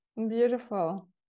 beautiful